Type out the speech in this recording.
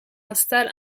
installe